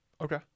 Okay